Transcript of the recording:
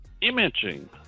imaging